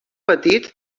petit